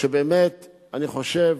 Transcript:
שבאמת, אני חושב,